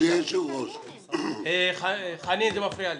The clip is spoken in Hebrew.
אדוני היושב-ראש --- חנין, זה מפריע לי.